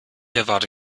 erwarte